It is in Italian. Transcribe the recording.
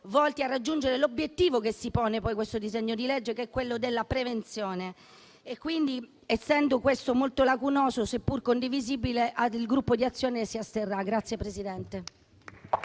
volti a raggiungere l'obiettivo che si pone poi questo disegno di legge, che è quello della prevenzione. Quindi, essendo questo molto lacunoso, seppur condivisibile, il Gruppo di Azione si asterrà.